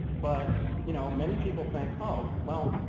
but you know many people think, oh, well,